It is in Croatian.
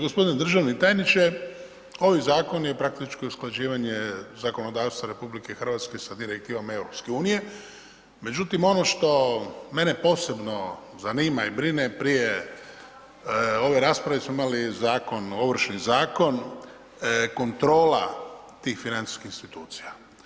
Gospodine državni tajniče, ovaj zakon je praktički usklađivanje zakonodavstva RH sa direktivama EU, međutim ono što mene posebno zanima i brine prije ove rasprave smo imali zakon, Ovršni zakon, kontrola tih financijskih institucija.